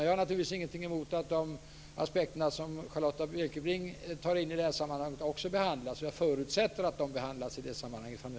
Jag har naturligtvis ingenting emot att också de aspekter som Charlotta Bjälkebring för fram i sammanhanget behandlas, utan jag förutsätter att också de kommer upp till behandling.